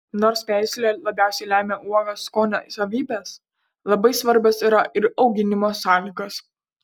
nors veislė labiausiai lemia uogos skonio savybes labai svarbios yra ir auginimo sąlygos